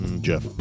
jeff